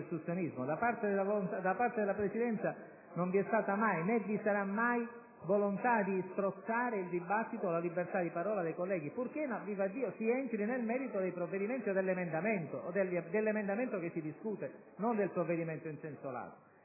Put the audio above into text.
Da parte della Presidenza non vi è stata mai, né vi sarà mai, la volontà di strozzare il dibattito o la libertà di parola dei colleghi, purché - vivaddio - si entri nel merito dell'emendamento che si discute, non del provvedimento in senso lato.